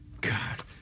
God